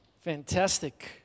fantastic